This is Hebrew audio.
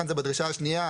כאן זה בדרישה השנייה,